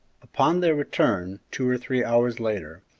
upon their return, two or three hours later,